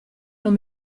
non